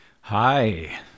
Hi